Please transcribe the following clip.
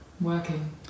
working